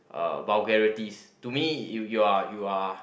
uh vulgarities to me you you are you are